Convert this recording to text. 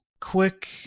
Quick